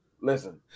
Listen